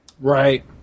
Right